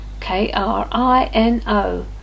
K-R-I-N-O